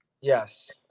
Yes